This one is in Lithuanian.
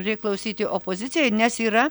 priklausyti opozicijai nes yra